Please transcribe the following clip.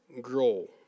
grow